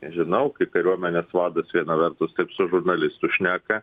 žinau kai kariuomenės vadas viena vertus taip su žurnalistu šneka